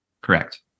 Correct